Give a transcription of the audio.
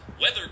weather